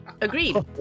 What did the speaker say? Agreed